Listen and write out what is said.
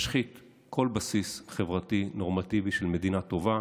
זה משחית כל בסיס חברתי נורמטיבי של מדינה טובה,